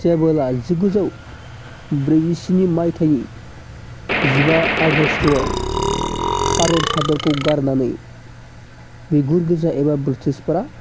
जेब्ला जिगुजौ ब्रैजिस्नि मायथाइनि जिबा आगस्त'आव भारत हादरखौ गारनानै बिगुर गोजा एबा ब्रिटिशफोरा